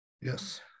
Yes